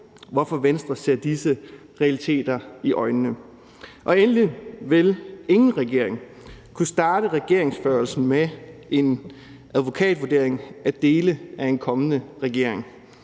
hvorfor Venstre ser disse realiteter i øjnene. Og endelig vil ingen regering kunne starte regeringsførelsen med en advokatvurdering af dele af en kommende regering.